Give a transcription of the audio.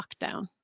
lockdown